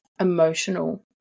emotional